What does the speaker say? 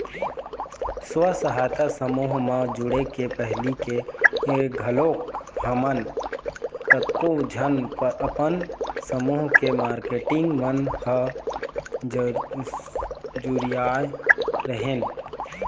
स्व सहायता समूह म जुड़े के पहिली ले घलोक हमन कतको झन अपन समूह के मारकेटिंग मन ह जुरियाय रेहेंन